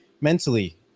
mentally